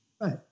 Right